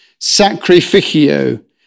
sacrificio